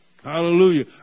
Hallelujah